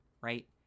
Right